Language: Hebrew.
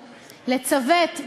לצוות,